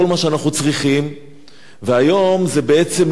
היום זה בעצם לא חנויות, מדובר במפלצות,